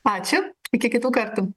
ačiū iki kitų kartų